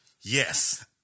Yes